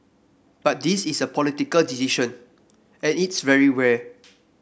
but this is a political decision and it's very rare